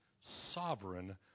sovereign